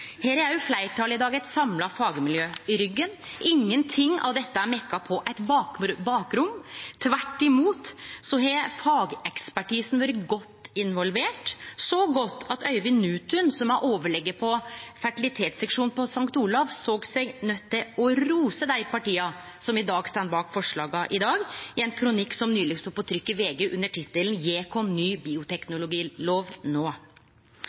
Fleirtalet har i dag også eit samla fagmiljø i ryggen – ingen ting av dette er mekka på eit bakrom. Tvert imot har fagekspertisen vore godt involvert – så godt at Øyvind Nytun, som er overlege ved fertilitetsseksjonen på St. Olavs hospital, såg seg nøydd til rose dei partia som står bak forslaga i dag, i ein kronikk som nyleg stod på trykk i VG under tittelen «Gi oss ny